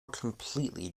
completely